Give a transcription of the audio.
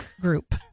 Group